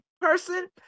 person